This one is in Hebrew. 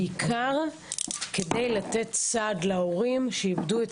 בעיקר כדי לתת סעד להורים שאיבדו את